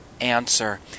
answer